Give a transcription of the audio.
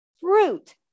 fruit